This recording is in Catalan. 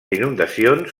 inundacions